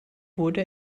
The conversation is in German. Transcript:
wurde